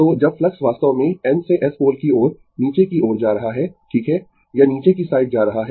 तो जब फ्लक्स वास्तव में N से S पोल की ओर नीचे की ओर जा रहा है ठीक है यह नीचे की साइड जा रहा है